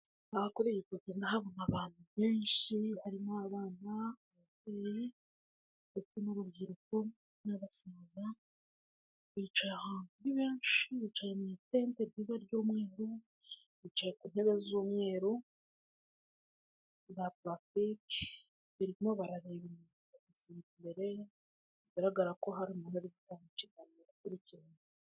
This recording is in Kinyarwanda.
Aha kuri iyi foto ndahabona abantu benshi harimo abana babiri ndetse n'urubyiruko n'abasaza bicaye ahantu ni benshi bicaye mu itente ry'umweru bicaye ku ntebe z'umweru za parasitike baririmo barareba abasirika imbere bigaragara ko hari umuntu uri kubaha ikiganiro akurikiranywe.